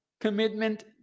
commitment